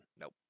Nope